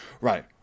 right